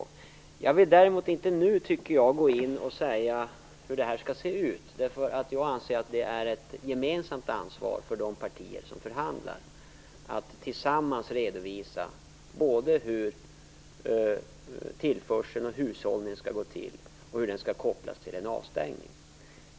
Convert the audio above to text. Jag vill däremot inte nu gå in och säga hur det här skall se ut. Jag anser att det är ett gemensamt ansvar för de partier som förhandlar att tillsammans redovisa både hur tillförseln och hushållningen skall gå till och hur den skall kopplas till en avstängning.